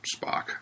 Spock